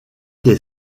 des